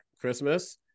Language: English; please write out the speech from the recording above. christmas